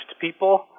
people